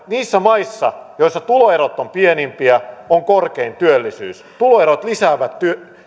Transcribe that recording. niissä maissa joissa tuloerot ovat pienimpiä on korkein työllisyys tuloerot lisäävät